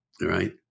right